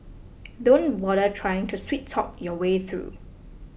don't bother trying to sweet talk your way through